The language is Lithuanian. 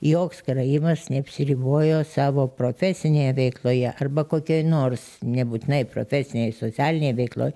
joks karaimas neapsiribojo savo profesinėje veikloje arba kokioje nors nebūtinai profesinėj socialinėj veikloj